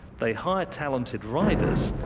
they hire talented riders,